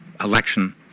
election